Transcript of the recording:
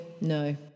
no